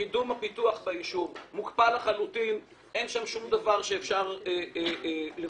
קידום הפיתוח ביישוב מוקפא לחלוטין ואין שם שום דבר שאפשר לפתח.